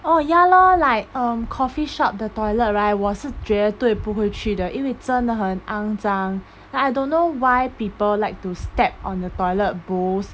oh ya lor like um coffee shop the toilet right 我是绝对不会去的因为真的很肮脏 like I don't know why people like to step on the toilet bowls